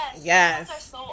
yes